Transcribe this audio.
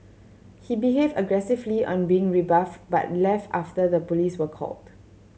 he behaved aggressively on being rebuffed but left after the police were called